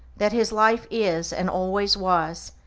that his life is, and always was,